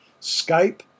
Skype